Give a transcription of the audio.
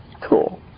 Cool